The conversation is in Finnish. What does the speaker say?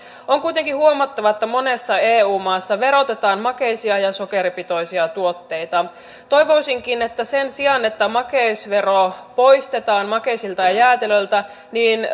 on kuitenkin huomattava että monessa eu maassa verotetaan makeisia ja sokeripitoisia tuotteita toivoisinkin että sen sijaan että makeisvero poistetaan makeisilta ja jäätelöltä